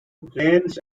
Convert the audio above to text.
reigns